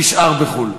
נשאר בחו"ל,